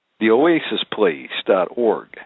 TheOasisPlace.org